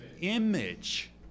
image